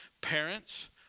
Parents